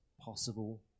possible